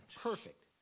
Perfect